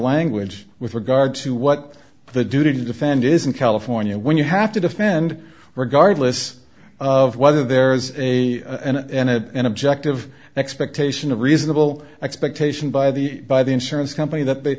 language with regard to what the duty to defend is in california when you have to defend regardless of whether there's a an objective expectation of reasonable expectation by the by the insurance company that